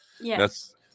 Yes